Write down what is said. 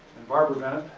barbara bennett.